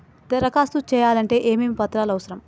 దరఖాస్తు చేయాలంటే ఏమేమి పత్రాలు అవసరం?